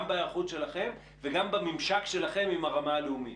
גם בהיערכות שלכם וגם בממשק שלכם עם הרמה הלאומית.